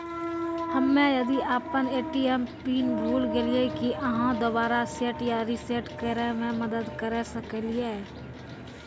हम्मे यदि अपन ए.टी.एम पिन भूल गलियै, की आहाँ दोबारा सेट या रिसेट करैमे मदद करऽ सकलियै?